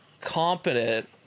competent